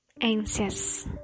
Anxious